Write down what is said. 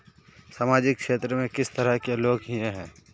सामाजिक क्षेत्र में किस तरह के लोग हिये है?